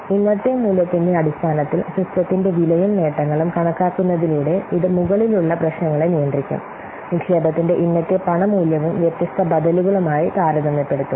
ഇന്നത്തെ മൂല്യത്തിന്റെ അടിസ്ഥാനത്തിൽ സിസ്റ്റത്തിന്റെ വിലയും നേട്ടങ്ങളും കണക്കാക്കുന്നതിലൂടെ ഇത് മുകളിലുള്ള പ്രശ്നങ്ങളെ നിയന്ത്രിക്കും നിക്ഷേപത്തിന്റെ ഇന്നത്തെ പണമൂല്യവും വ്യത്യസ്ത ബദലുകളുമായി താരതമ്യപ്പെടുത്തും